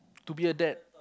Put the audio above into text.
to be a dad